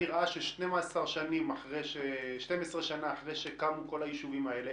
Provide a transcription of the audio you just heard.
נראה ש-12 שנים אחרי שקמו כל היישובים האלה,